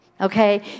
Okay